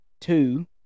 two